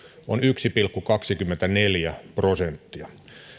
on yksi pilkku kaksikymmentäneljä prosenttia